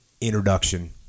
introduction